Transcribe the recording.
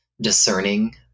discerning